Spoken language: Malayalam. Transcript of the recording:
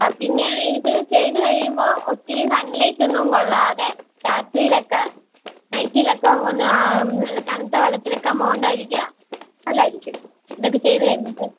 അ പിന്നെ ഇത് ചെയ്തുകഴിയുമ്പോൾ ഒത്തിരി സൺലൈറ്റ് ഒന്നും കൊള്ളാതെ രാത്രിയിലൊക്കെ നൈറ്റിലൊക്കെ ഒന്ന് നല്ല തണുത്ത വെള്ളത്തിലൊക്കെ മോന്ത കഴുകിയാൽ നല്ലതായിരിക്കും ഇതൊക്കെ ചെയ്തുകഴിഞ്ഞിട്ട്